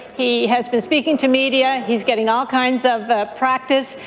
he has been speaking to media. he's getting all kinds of practice.